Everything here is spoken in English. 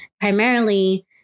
primarily